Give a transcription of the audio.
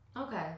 Okay